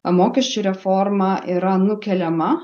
mokesčių reforma yra nukeliama